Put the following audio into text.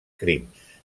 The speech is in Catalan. crims